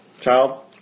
child